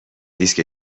دیسک